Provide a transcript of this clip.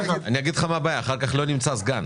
אני אגיד לך מה הבעיה, אחר כך לא נמצא סגן.